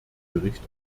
bericht